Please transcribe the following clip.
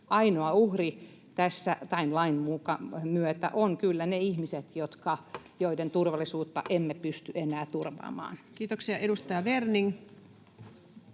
ainoa uhri tämän lain myötä ovat kyllä ne ihmiset, joiden turvallisuutta emme pysty enää turvaamaan. Kiitoksia. — Edustaja Werning.